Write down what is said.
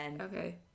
Okay